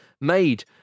made